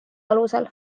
alusel